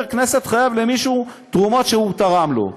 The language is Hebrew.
כנסת חייב למישהו על תרומות שהוא תרם לו.